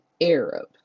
Arab